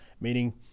meaning